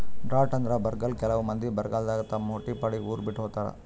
drought ಅಂದ್ರ ಬರ್ಗಾಲ್ ಕೆಲವ್ ಮಂದಿ ಬರಗಾಲದಾಗ್ ತಮ್ ಹೊಟ್ಟಿಪಾಡಿಗ್ ಉರ್ ಬಿಟ್ಟ್ ಹೋತಾರ್